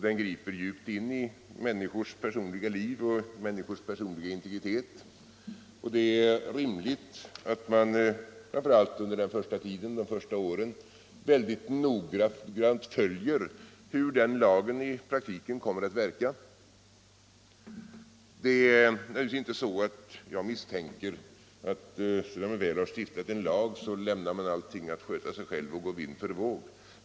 Den griper djupt in i människors personliga liv och människors personliga integritet. Det är rimligt att man, framför allt under de första åren, mycket noga följer hur den lagen i praktiken kommer att verka. Jag misstänker naturligtvis inte att man, sedan man väl har stiftat en lag, lämnar allting att sköta sig självt och gå vind för våg.